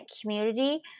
community